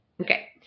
Okay